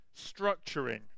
structuring